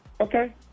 Okay